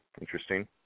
interesting